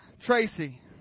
Tracy